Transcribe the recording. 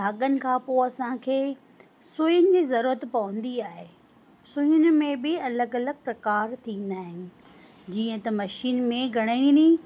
धागन खां पोइ असांखे सुइयुनि जी ज़रूरत पवंदी आहे सुइयुनि में बि अलॻि अलॻि प्रकार थींदा आहिनि जीअं त मशीन में घणनि ई